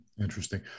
Interesting